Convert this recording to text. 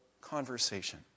conversation